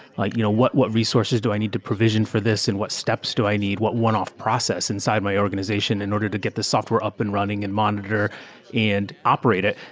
like you know what what resources do i need to provision for this and what steps do i need? what one-off process inside my organization in order to get this software up and running and monitor and operate it?